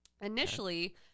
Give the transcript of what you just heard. Initially